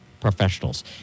Professionals